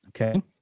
okay